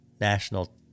National